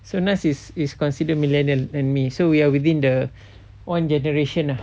so naz is is considered millennial and me so we are within the one generation lah